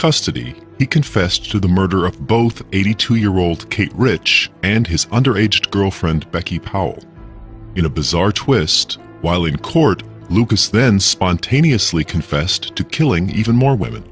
custody he confessed to the murder of both eighty two year old keith rich and his under age girlfriend becky powell in a bizarre twist while in court lucas then spontaneously confessed to killing even more women